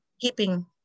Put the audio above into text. keeping